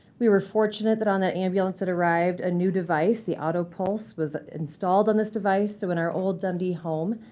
we were fortunate that, on that ambulance that arrived, a new device the auto-pulse, was installed on this device. so in our old dundee home,